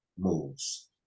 moves